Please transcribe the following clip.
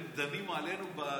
הם דנים עלינו בסלונים.